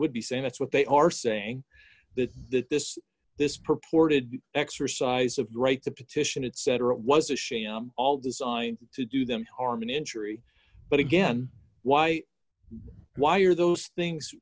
would be saying that's what they are saying that that this this purported exercise of right the petition it said it was a sham all designed to do them harm an injury but again why why are those things